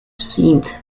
seemed